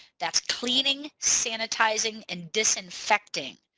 that's cleaning sanitizing and disinfecting.